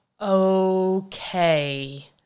Okay